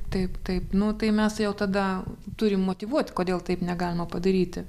taip taip nu tai mes jau tada turim motyvuot kodėl taip negalima padaryti